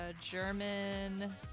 German